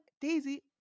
Daisy